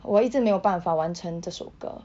我一直没有办法完成这首歌